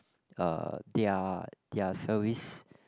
uh their their service